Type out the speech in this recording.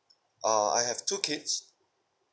ah I have two kids